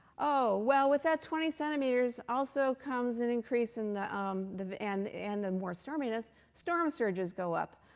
oh, well, with that twenty centimeters also comes an increase in the um the and and the more storminess storm surges go up.